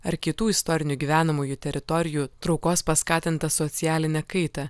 ar kitų istorinių gyvenamųjų teritorijų traukos paskatintą socialinę kaitą